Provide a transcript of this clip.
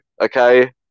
okay